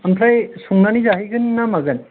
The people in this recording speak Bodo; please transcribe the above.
ओमफ्राय संनानै जाहैगोनना मागोन